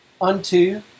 unto